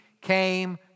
came